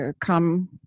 come